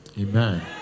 Amen